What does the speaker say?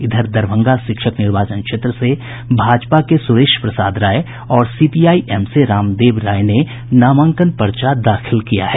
इधर दरभंगा शिक्षक निर्वाचन क्षेत्र से भाजपा के सुरेश प्रसाद राय और सीपीआई एम से रामदेव राय ने नामांकन पर्चा दाखिल किया है